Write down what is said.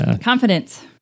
confidence